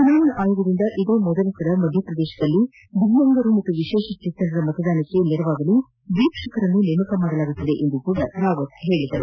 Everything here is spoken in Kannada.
ಚುನಾವಣಾ ಆಯೋಗದಿಂದ ಇದೇ ಮೊದಲ ಬಾರಿಗೆ ಮಧ್ಯಪ್ರದೇಶದಲ್ಲಿ ದಿವ್ಲಾಂಗರು ಹಾಗೂ ವಿಶೇಷಚೇತನರ ಮತದಾನಕ್ಕೆ ಸಹಾಯ ಮಾಡಲು ವೀಕ್ಷಕರನ್ನು ನೇಮಿಸಲಾಗುವುದು ಎಂದೂ ರಾವತ್ ತಿಳಿಸಿದರು